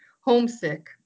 homesick